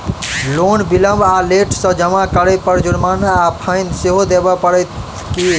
Loan विलंब वा late सँ जमा करै पर जुर्माना वा फाइन सेहो देबै पड़त की?